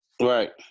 right